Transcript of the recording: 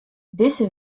dizze